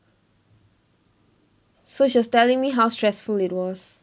so she was telling me how stressful it was